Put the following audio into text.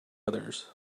others